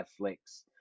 netflix